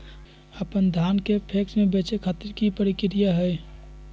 अपन धान के पैक्स मैं बेचे खातिर की प्रक्रिया हय?